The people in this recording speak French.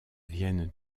viennent